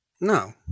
No